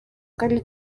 kandi